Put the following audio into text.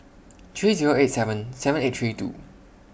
three Zero eight seven seven eight three two